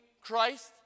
Christ